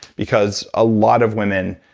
because a lot of women,